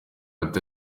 ati